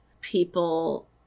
people